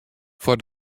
foar